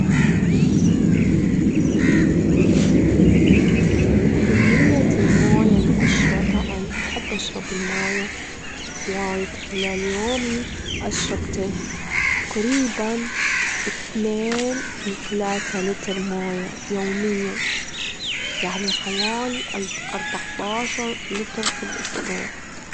كمية الموي اللي أشربها؛ أنا أحب أشرب الموية وايد خلال يومي، أشرب تقريبًا اتنين لتلاتة لتر موية يوميًا، يعني حوالي أربعتاشر لتر في الأسبوع.